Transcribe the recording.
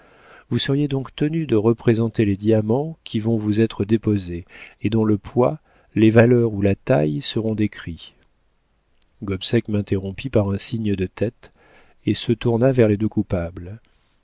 vous seriez donc tenu de représenter les diamants qui vont vous être déposés et dont le poids les valeurs ou la taille seront décrits gobseck m'interrompit par un signe de tête et se tourna vers les deux coupables